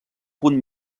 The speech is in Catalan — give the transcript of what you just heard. punt